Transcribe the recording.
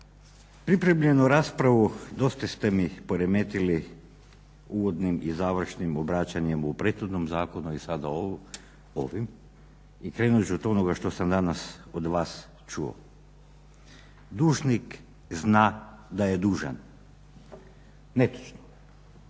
Pripremljenu raspravu dosta ste mi poremetili uvodnim i završnim obraćanjem u prethodnom zakonu i sada ovim i krenut ću od onoga što sam danas od vas čuo. Dužnik zna da je dužan. Netočno.